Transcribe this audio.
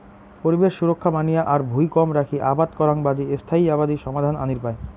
পরিবেশ সুরক্ষা মানিয়া আর ভুঁই কম রাখি আবাদ করাং বাদি স্থায়ী আবাদি সমাধান আনির পায়